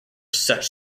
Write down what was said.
such